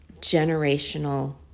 generational